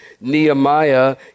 Nehemiah